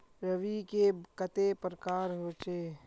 रवि के कते प्रकार होचे?